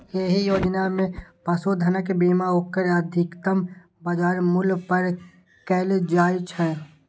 एहि योजना मे पशुधनक बीमा ओकर अधिकतम बाजार मूल्य पर कैल जाइ छै